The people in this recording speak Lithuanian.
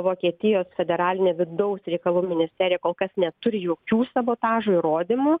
vokietijos federalinė vidaus reikalų ministerija kol kas neturi jokių sabotažo įrodymų